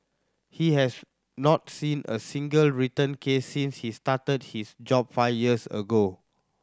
he has not seen a single return case since he started his job five years ago